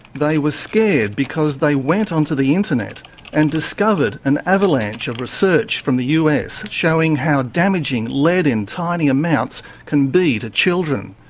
they were scared because they went onto the internet and discovered an avalanche of research from the us showing how damaging lead in tiny amounts can be to children.